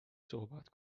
صحبت